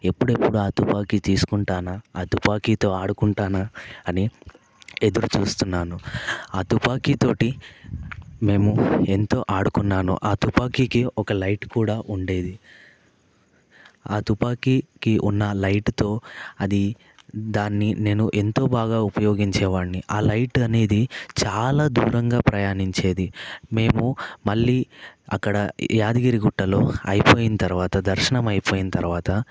ఎప్పుడెప్పుడు ఆ తుపాకీ తీసుకుంటానా ఆ తుపాకీతో ఆడుకుంటానా అని ఎదురుచూస్తున్నాను ఆ తుపాకీతో నేను ఎంతో ఆడుకున్నాను ఆ తుపాకీకి ఒక లైట్ కూడా ఉండేది ఆ తుపాకీకి ఉన్న లైట్తో అది దాన్ని నేను ఎంతో బాగా ఉపయోగించే వాడిని ఆ లైట్ అనేది చాలా దూరంగా ప్రయాణించేది మేము మళ్ళీ అక్కడ యాదగిరిగుట్టలో అయిపోయిన తర్వాత దర్శనం అయిపోయిన తర్వాత